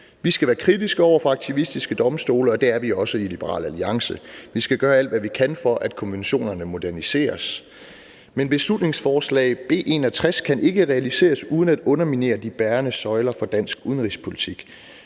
Vi skal være kritiske over for aktivistiske domstole, og det er vi også i Liberal Alliance. Vi skal gøre alt, hvad vi kan, for at konventionerne moderniseres, men beslutningsforslag B 61 kan ikke realiseres uden at underminere de bærende søjler for dansk udenrigspolitik.